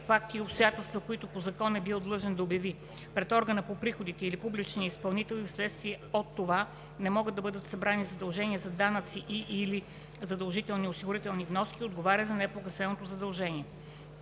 факти и обстоятелства, които по закон е бил длъжен да обяви пред органа по приходите или публичния изпълнител и вследствие от това не могат да бъдат събрани задължения за данъци и/или задължителни осигурителни вноски, отговаря за непогасеното задължение.